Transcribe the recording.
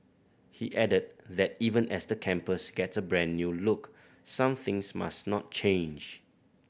he added that even as the campus gets a brand new look some things must not change